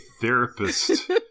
therapist